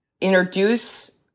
introduce